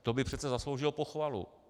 To by přece zasloužilo pochvalu.